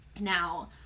Now